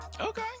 Okay